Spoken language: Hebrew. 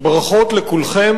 ברכות לכולכם,